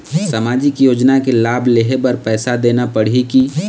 सामाजिक योजना के लाभ लेहे बर पैसा देना पड़ही की?